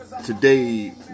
today